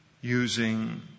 using